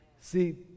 See